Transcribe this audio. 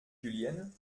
julienne